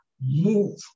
Move